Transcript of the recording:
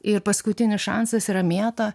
ir paskutinis šansas yra mėta